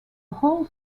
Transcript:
whole